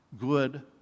good